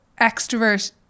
extrovert